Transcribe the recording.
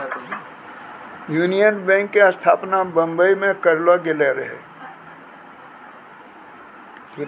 union Bank के स्थापना बंबई मे करलो गेलो रहै